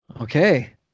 Okay